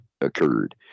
occurred